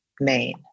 main